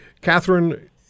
Catherine